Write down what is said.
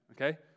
Okay